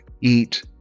eat